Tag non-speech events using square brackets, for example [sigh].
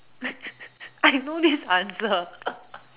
[laughs] I know this answer [laughs]